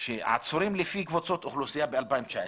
עצורים לפי קבוצות אוכלוסייה ב-2019.